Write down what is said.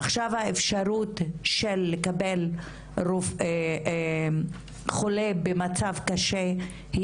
עכשיו האפשרות של לקבל חולה במצב קשה היא